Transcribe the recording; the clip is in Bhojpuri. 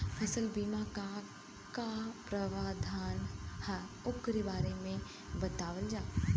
फसल बीमा क का प्रावधान हैं वोकरे बारे में बतावल जा?